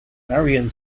marion